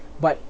but